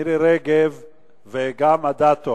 מירי רגב ואדטו.